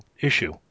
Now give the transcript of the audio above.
issue